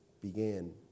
began